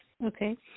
Okay